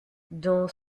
dans